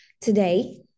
Today